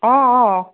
অঁ অঁ